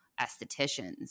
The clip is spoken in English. estheticians